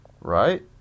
right